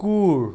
কুৰ